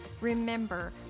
Remember